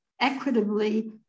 equitably